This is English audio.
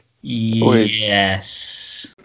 yes